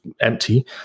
empty